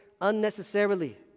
unnecessarily